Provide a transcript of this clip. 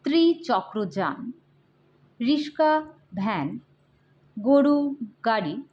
ত্রীচক্রযান rickshaw van গরু গাড়ি